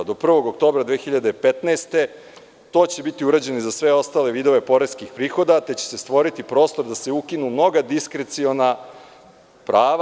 Do 1. oktobra 2015. godine to će biti urađeno i za sve ostale vidove poreskih prihoda, te će se stvoriti prostor da se ukinu mnoga diskreciona prava.